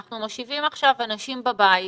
אנחנו מושיבים עכשיו אנשים בבית,